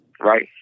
Right